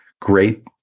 great